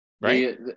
Right